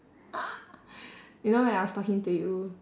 you know when I was talking to you